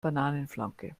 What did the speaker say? bananenflanke